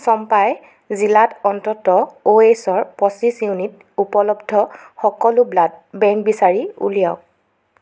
চম্পাই জিলাত অন্ততঃ O H ৰ পচিঁশ ইউনিট উপলব্ধ সকলো ব্লাড বেংক বিচাৰি উলিয়াওক